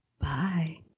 Bye